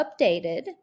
updated